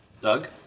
Doug